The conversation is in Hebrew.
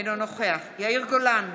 אינו נוכח יאיר גולן,